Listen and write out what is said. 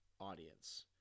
audience